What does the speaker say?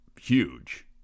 huge